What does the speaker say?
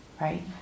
right